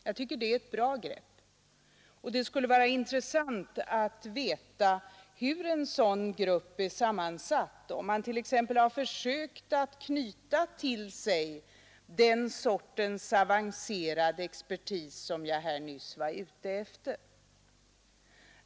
Jag tycker att det är ett bra grepp, och det skulle vara intressant att veta hur en sådan grupp är sammansatt, om man t.ex. har försökt att knyta till sig den sortens avancerade expertis som jag här nyss var ute efter.